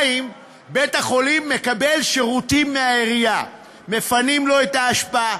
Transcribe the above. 2. בית-החולים מקבל שירותים מהעירייה: מפנים לו את האשפה,